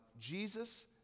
Jesus